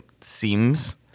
seems